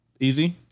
Easy